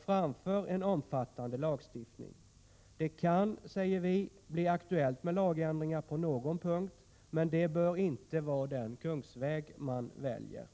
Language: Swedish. framför en omfattande lagstiftning. Det kan, säger vi, bli aktuellt med lagändringar på någon punkt, men det bör inte vara den kungsväg som väljs.